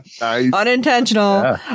Unintentional